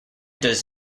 does